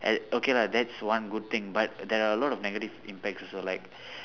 uh okay lah that's one good thing but there are a lot of negative impacts also like